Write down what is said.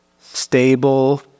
stable